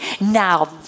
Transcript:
Now